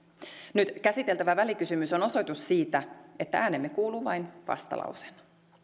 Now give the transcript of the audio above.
nyt käsiteltävä välikysymys on osoitus siitä että äänemme kuuluu vain vastalauseena